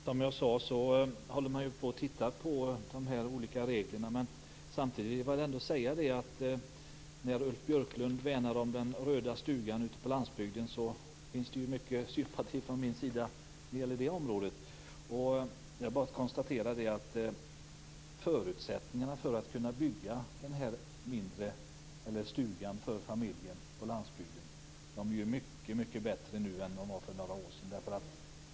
Herr talman! Som jag sade tittar man på de här olika reglerna. Samtidigt vill jag ändå säga att när Ulf Björklund värnar om den röda stugan på landsbygden finns det mycket sympati från min sida. Jag vill bara konstatera att förutsättningarna för familjen på landsbygden att bygga en mindre stuga är mycket bättre nu än för några år sedan.